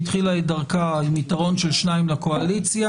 שהתחילה את דרכה עם יתרון של שניים לקואליציה,